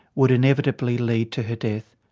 would inevitably lead to her death.